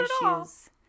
issues